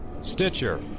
Stitcher